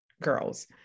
girls